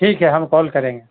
ٹھیک ہے ہم کال کریں گے